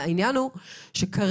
העניין הוא שכרגע,